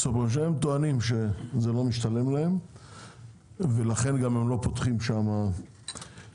הסופרים טוענים שזה לא משתלם להם ולכן גם הם לא פותחים שם סופרים.